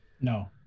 No